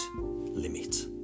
limit